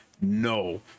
No